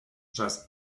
just